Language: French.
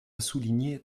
souligner